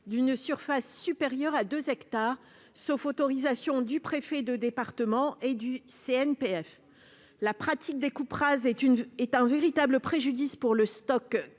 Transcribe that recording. d'une surface supérieure à deux hectares, sauf autorisation du préfet de département et du CNPF. La pratique des coupes rases constitue un véritable préjudice pour le stock carbone